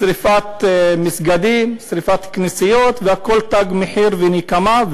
שרפת מסגדים, שרפת כנסיות, והכול תג מחיר ונקמה.